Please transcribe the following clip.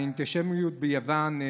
האנטישמיות ביוון,